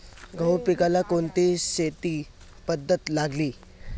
गहू पिकाला कोणती शेती पद्धत चांगली?